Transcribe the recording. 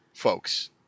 folks